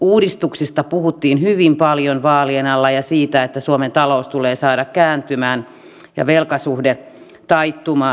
uudistuksista puhuttiin hyvin paljon vaalien alla ja siitä että suomen talous tulee saada kääntymään ja velkasuhde taittumaan